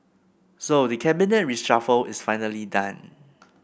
so the Cabinet reshuffle is finally done